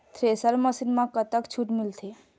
Thresher machine म कतक छूट मिलथे?